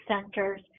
centers